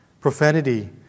profanity